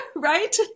right